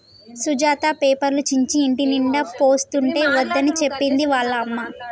సుజాత పేపర్లు చించి ఇంటినిండా పోస్తుంటే వద్దని చెప్పింది వాళ్ళ అమ్మ